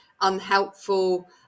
Unhelpful